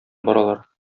баралар